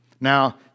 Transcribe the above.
now